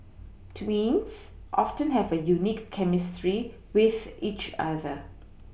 twins often have a unique chemistry with each other